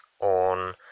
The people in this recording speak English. on